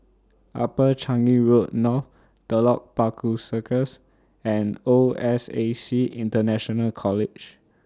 Upper Changi Road North Telok Paku Circus and O S A C International College